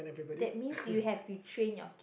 that means you have to train your